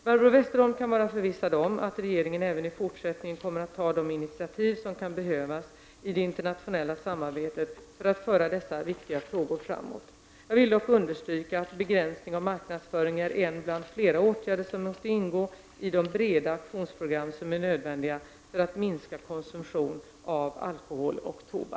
Barbro Westerholm kan vara förvissad om att regeringen även i fortsättningen kommer att ta de initiativ som kan behövas i det internationella samarbetet för att föra dessa viktiga frågor framåt. Jag vill dock understryka att begränsning av marknadsföring är en bland flera åtgärder som måste ingå i de breda aktionsprogram som är nödvändiga för att minska konsumtionen av alkohol och tobak.